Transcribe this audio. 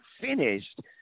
finished